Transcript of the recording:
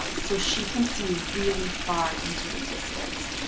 so she can see really far into the distance.